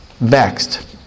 vexed